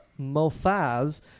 Mofaz